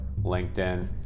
LinkedIn